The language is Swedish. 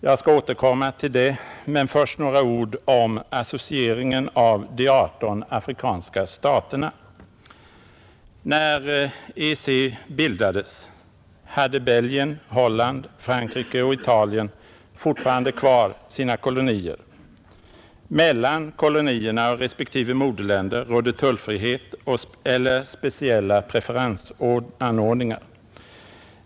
Jag skall återkomma till detta, men först några ord om associeringen av de 18 afrikanska staterna, När EEC bildades hade Belgien, Holland, Frankrike och Italien fortfarande kvar sina kolonier. Mellan kolonierna och respektive moderländer rådde tullfrihet eller speciella preferensanordningar.